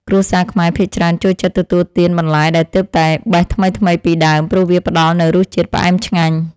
គ្រួសារខ្មែរភាគច្រើនចូលចិត្តទទួលទានបន្លែដែលទើបតែបេះថ្មីៗពីដើម ព្រោះវាផ្តល់នូវរសជាតិផ្អែមឆ្ងាញ់។